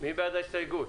מי בעד ההסתייגות?